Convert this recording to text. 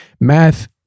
math